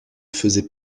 faisait